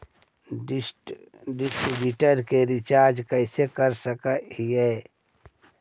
Dish TV के रिचार्ज कैसे कर सक हिय?